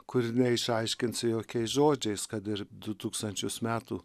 kur neišaiškinsi jokiais žodžiais kad ir du tūkstančius metų